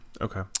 Okay